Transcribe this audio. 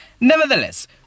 nevertheless